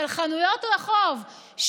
אבל חנויות רחוב,